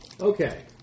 Okay